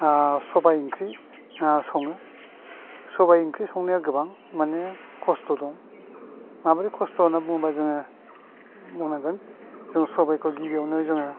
सबाइ ओंख्रि सङो सबाइ ओंख्रि संनाया गोबां माने खस्थ' दं माबोरै खस्थ' दं होनोब्ला जोङो बुंनो हागोन जों सबाइखौ गिबियावनो जोङो